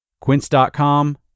Quince.com